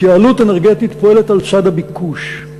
התייעלות אנרגטית פועלת על צד הביקוש.